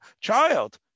child